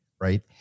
right